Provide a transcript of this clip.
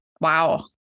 Wow